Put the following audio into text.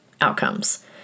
outcomes